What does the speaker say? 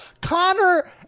Connor